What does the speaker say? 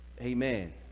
Amen